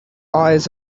eyes